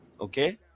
okay